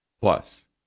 Plus